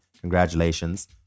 Congratulations